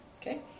okay